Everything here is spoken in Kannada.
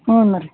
ಹ್ಞೂ ರೀ